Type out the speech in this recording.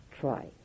try